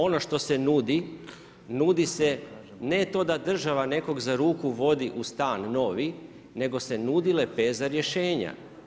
Ono što se nudi, nudi se ne to da država nekog za ruku vodi u stan novi, nego se nudi lepeza rješenja.